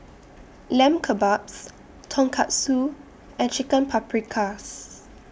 Lamb Kebabs Tonkatsu and Chicken Paprikas